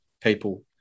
people